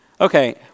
okay